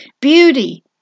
Beauty